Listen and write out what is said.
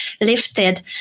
lifted